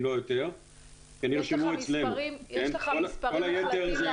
אם לא יותר -- יש לך מספרים -- כל היתר זה